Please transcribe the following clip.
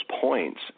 points